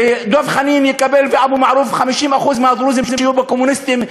ודב חנין ואבו מערוף יקבלו 50% שיהיו בקומוניסטים,